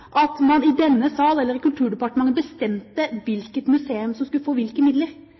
at man i denne sal eller i Kulturdepartementet bestemte hvilket museum som skulle få hvilke midler.